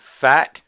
fat